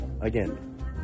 again